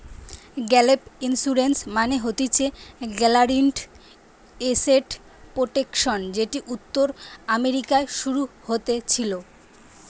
gap insurance মানে হতিছে guaranteed asset protection যেটি উত্তর আমেরিকায় শুরু হতেছিলো